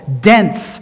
dense